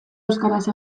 euskaraz